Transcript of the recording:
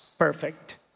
perfect